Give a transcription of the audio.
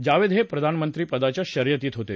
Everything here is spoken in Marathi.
जावेद हे प्रधानमंत्रीपदाच्या शर्यतीत होते